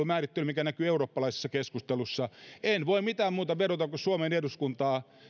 määrittely mikä näkyy eurooppalaisessa keskustelussa en voi mihinkään muuhun vedota kuin suomen eduskuntaan